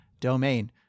domain